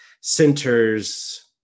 centers